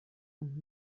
und